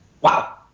wow